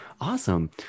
Awesome